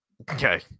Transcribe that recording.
Okay